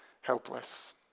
helpless